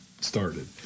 started